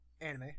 anime